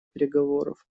переговоров